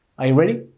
are you ready?